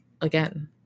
again